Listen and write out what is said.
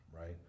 right